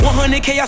100k